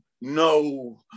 No